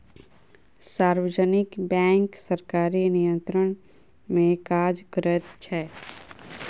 सार्वजनिक बैंक सरकारी नियंत्रण मे काज करैत छै